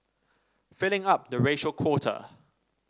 filling up the racial quota